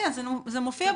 זה מופיע.